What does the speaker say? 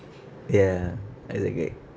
ya exactly